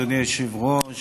אדוני היושב-ראש,